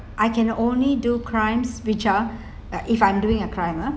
I can only do crimes which are uh if I'm doing a crime ah